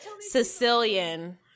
Sicilian